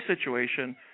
situation